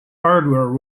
hardware